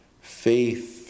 faith